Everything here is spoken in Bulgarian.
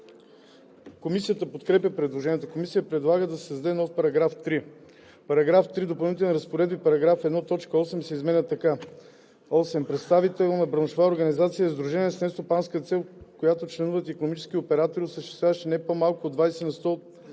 Комисията подкрепя предложението. Комисията предлага да се създаде нов § 3: „§ 3. В допълнителните разпоредби § 1, т. 8 се изменя така: „8. „Представителна браншова организация“ е сдружение с нестопанска цел, в което членуват икономически оператори, осъществяващи не по-малко от 20 на сто